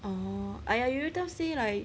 orh !aiya! you don't say like